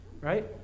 Right